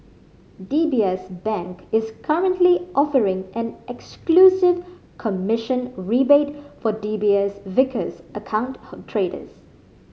D B S Bank is currently offering an exclusive commission rebate for D B S Vickers account traders